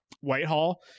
Whitehall